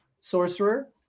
Sorcerer